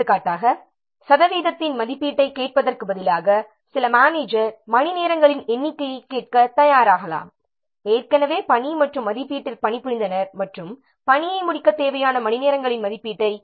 எடுத்துக்காட்டாக சதவீதத்தின் மதிப்பீட்டைக் கேட்பதற்குப் பதிலாக சில மேனேஜர் மணிநேரங்களின் எண்ணிக்கையைக் கேட்கத் தயாராகலாம் ஏற்கனவே பணி மற்றும் மதிப்பீட்டில் பணிபுரிந்தனர் மற்றும் பணியை முடிக்கத் தேவையான மணிநேரங்களின் மதிப்பீட்டை